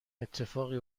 اتفاقی